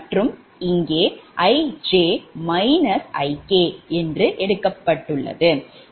இங்கே IiIk மற்றும் இங்கே Ij Ik என்று எடுக்கப்படுகிறது